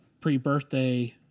pre-birthday